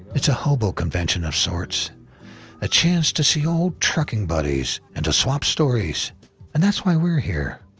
it's a hobo convention of sorts a chance to see old trucking buddies, and to swap stories and that's why we're here.